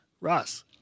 Ross